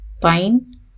Pine